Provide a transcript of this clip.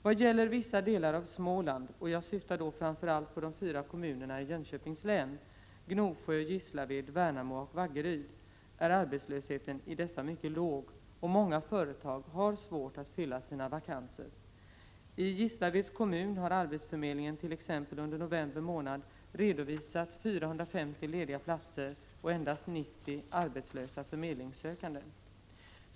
Vad gäller vissa delar av Småland, — jag syftar då framför allt på de fyra kommunerna i Jönköpings län: Gnosjö, Gislaved, Värnamo och Vaggeryd - 67 är arbetslösheten mycket låg och många företag har svårt att fylla sina vakanser. I Gislaveds kommun har arbetsförmedlingen t.ex. under november månad redovisat 450 lediga platser och endast 90 arbetslösa förmedlingssökande.